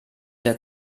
der